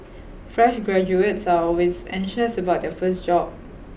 fresh graduates are always anxious about their first job